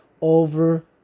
over